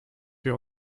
wir